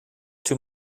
too